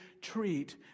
treat